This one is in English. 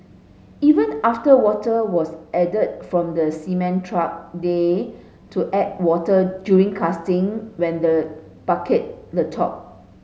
even after water was added from the cement truck they to add water during casting when the bucket the top